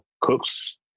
cooks